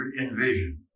envision